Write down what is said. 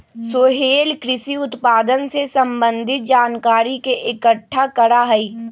सोहेल कृषि उत्पादन से संबंधित जानकारी के इकट्ठा करा हई